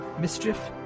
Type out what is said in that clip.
mischief